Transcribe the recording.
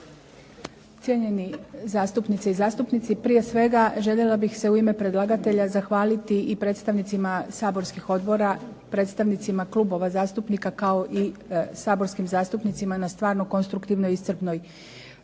cijenjeni zastupnice i zastupnici. Prije svega željela bih se u ime predlagatelja zahvaliti i predstavnicima saborskih odbora, predstavnicima klubova zastupnika, kao i saborskim zastupnicima na stvarno konstruktivnoj i iscrpnoj